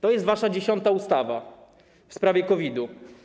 To jest wasza dziesiąta ustawa w sprawie COVID-u.